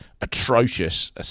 atrocious